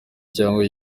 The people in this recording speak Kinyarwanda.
cyangwa